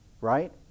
right